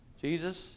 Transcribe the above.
Jesus